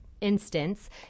instance